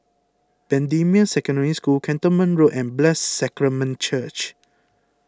Bendemeer Secondary School Cantonment Road and Blessed Sacrament Church